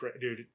Dude